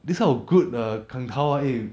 this kind of good err kang tao ah eh